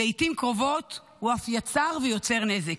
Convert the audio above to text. לעיתים קרובות הוא אף יצר ויוצר נזק.